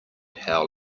how